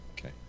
Okay